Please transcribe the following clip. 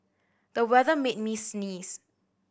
the weather made me sneeze